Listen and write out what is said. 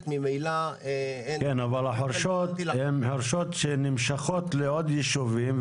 ממילא אין -- אבל החורשות מגיעות עד לעוד יישובים,